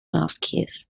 mosques